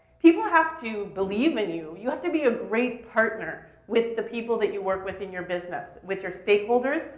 people have to believe in you. you have to be a great partner with the people that you work with in your business, with your stakeholders,